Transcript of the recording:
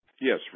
Yes